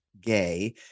gay